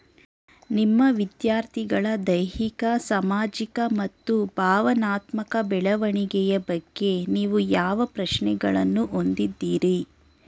ನಿಮ್ಮ ವಿದ್ಯಾರ್ಥಿಗಳ ದೈಹಿಕ ಸಾಮಾಜಿಕ ಮತ್ತು ಭಾವನಾತ್ಮಕ ಬೆಳವಣಿಗೆಯ ಬಗ್ಗೆ ನೀವು ಯಾವ ಪ್ರಶ್ನೆಗಳನ್ನು ಹೊಂದಿದ್ದೀರಿ?